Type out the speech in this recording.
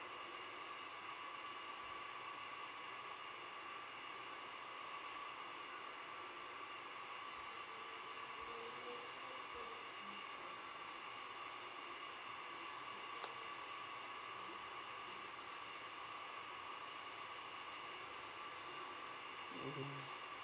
mmhmm